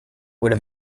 would